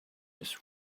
his